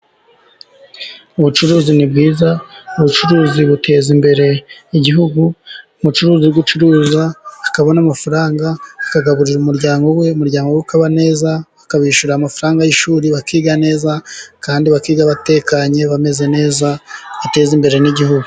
Ubucuruzi ni bwiza, ubucuruzi buteza imbere igihugu, umucuruzi uri gucuruza akabona amafaranga, akagaburira umuryango we, umuryango ukaba neza, akabishyura amafaranga y'ishuri, bakiga neza kandi bakiga batekanye bameze neza, ateza imbere n'igihugu.